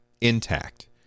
intact